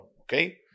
Okay